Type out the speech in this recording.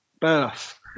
birth